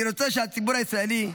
אני רוצה שהציבור הישראלי,